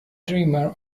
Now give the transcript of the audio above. dreamer